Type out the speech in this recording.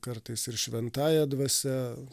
kartais ir šventąja dvasia